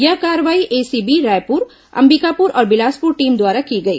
यह कार्रवाई एसीबी रायपुर अंबिकापुर और बिलासपुर टीम द्वारा की गई